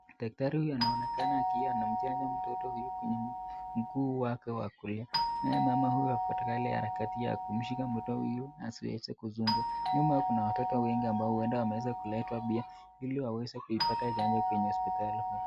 Daktari huyu anaonekana akiwa anamchanja mtoto huyu kwenye mguu wake wa kulia naye mama huyu ako katika harakati ya kumshika mtoto huyu asiweze kusumbua. Nyuma kuna watoto wengi ambao huenda wameweza kuletwa pia ili waweze kuipata chanjo kwenye hospitali huo.